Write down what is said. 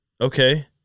okay